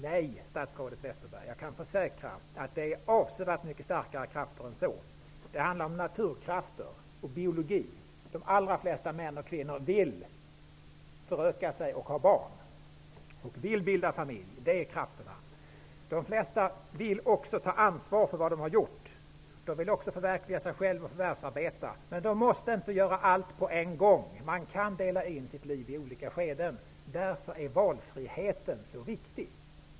Nej, statsrådet Westerberg, jag kan försäkra att det handlar om avsevärt mycket starkare krafter än så. Det handlar om naturkrafter och biologi. De allra flesta män och kvinnor vill föröka sig och ha barn. De vill bilda familj. Detta är krafterna. De flesta vill också ta ansvar för vad de har gjort. De vill också förverkliga sig själva och förvärvsarbeta. Men de måste inte göra allt samtidigt. Det går att dela in livet i olika skeden. Därför är valfriheten så viktig.